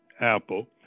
Apple